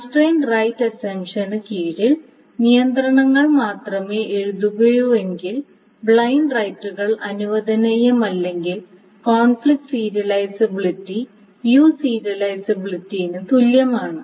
constrained write അസമ്പ്ഷന് കീഴിൽ നിയന്ത്രണങ്ങൾ മാത്രമേ എഴുതുകയുള്ളൂവെങ്കിൽ ബ്ലൈൻഡ് റൈറ്റുകൾ അനുവദനീയമല്ലെങ്കിൽ കോൺഫ്ലിക്റ്റ് സീരിയലൈസബിലിറ്റി വ്യൂ സീരിയലൈസബിലിറ്റിന് തുല്യമാണ്